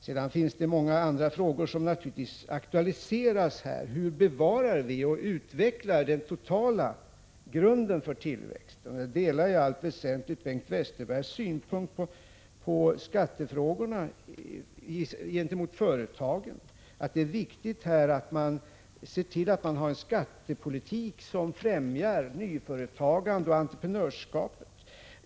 Sedan finns det många andra frågor som naturligtvis aktualiseras här: Hur bevarar vi och utvecklar den totala grunden för tillväxt? Jag delar i allt väsentligt Bengt Westerbergs synpunkt på skattepolitiken gentemot företagen, nämligen att det är viktigt att.se till att man har en skattepolitik som främjar nyföretagande och entreprenörskap.